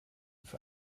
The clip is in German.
für